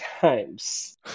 times